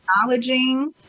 acknowledging